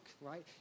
right